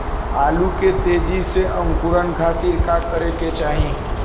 आलू के तेजी से अंकूरण खातीर का करे के चाही?